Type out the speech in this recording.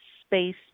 space